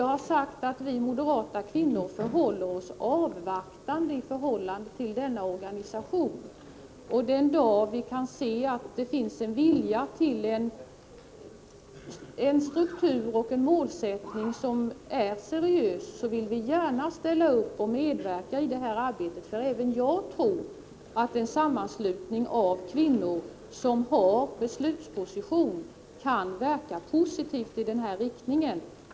Jag har sagt att vi moderata kvinnor förhåller oss avvaktande i förhållande till denna organisation. Den dag vi kan se att det finns en vilja att utforma en struktur och en målsättning som är seriös vill vi gärna ställa upp och medverka i arbetet. Även jag tror att en sammanslutning av kvinnor som har beslutsposition kan verka positivt i fredsarbetet.